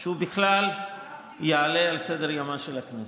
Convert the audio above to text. שהוא בכלל יעלה על סדר-יומה של הכנסת.